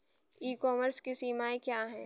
ई commerce की सीमाएं क्या हैं?